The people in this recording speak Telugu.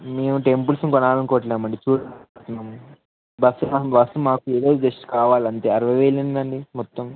మేము టెంపుల్స్ని కొనాలి అనుకొవట్లేదు అండి చూడాలి అనుకుంటున్నాము బస్సు బస్సు మాకు ఈరోజు జస్ట్ కావాలి అంతే అరవై వేలు ఏమిటి అండి మొత్తం